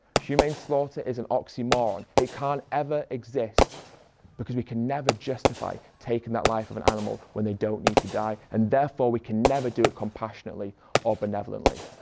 humane slaughter is an oxymoron it can't ever exist because we can never justify taking that life of an animal when they don't need to die and therefore we can never do it compassionately or benevolently.